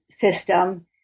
system